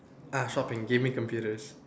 ah shopping gaming computers